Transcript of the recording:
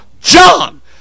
John